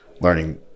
learning